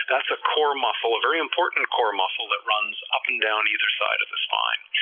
that's a core muscle, a very important core muscle that runs up and down either side of the spine,